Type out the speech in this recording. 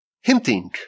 hinting